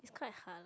quite hard lah